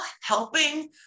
helping